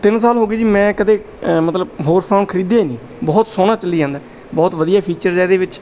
ਤਿੰਨ ਸਾਲ ਹੋ ਗਏ ਜੀ ਮੈਂ ਕਦੇ ਮਤਲਬ ਹੋਰ ਫ਼ੋਨ ਖਰੀਦਿਆ ਹੀ ਨਹੀਂ ਬਹੁਤ ਸੋਹਣਾ ਚੱਲੀ ਜਾਂਦਾ ਬਹੁਤ ਵਧੀਆ ਫੀਚਰਜ਼ ਹੈ ਇਹਦੇ ਵਿੱਚ